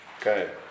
Okay